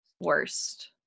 worst